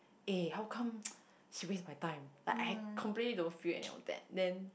eh how come she waste my time like I completely don't feel any of that then